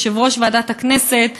יושב-ראש ועדת הכנסת,